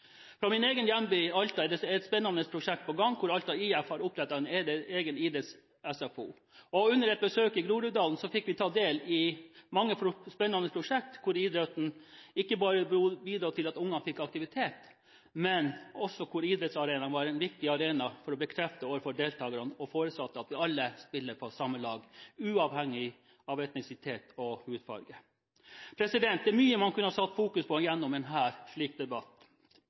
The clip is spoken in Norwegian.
Fra min egen hjemby, Alta, er det et spennende prosjekt på gang. Alta IF har opprettet en idretts-SFO. Og under et besøk i Groruddalen fikk vi ta del i mange spennende prosjekter hvor idretten ikke bare bidro til at ungene var i aktivitet, men hvor idrettsarenaen var en viktig arena for å bekrefte overfor deltakere og foresatte at vi alle spiller på samme lag, uavhengig av etnisitet og hudfarge. Det er mye man kunne fokusert på gjennom en slik debatt,